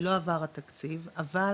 לא עבר התקציב, אבל